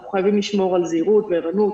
אנחנו חייבים לשמור על זהירות וערנות.